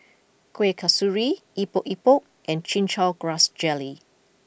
Kuih Kasturi Epok Epok and Chin Chow Grass Jelly